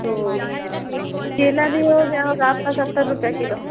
तो के केला भी हो गया होगा आपका सत्तर रूपये किलो